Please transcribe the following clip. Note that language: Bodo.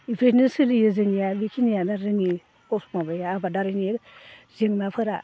इफोरबायदिनो सोलियो जोंनिया बेखिनियानो जोंनि माबाया आबादारिनि जेंनाफोरा